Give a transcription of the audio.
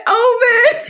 omen